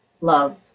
love